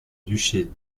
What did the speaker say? duché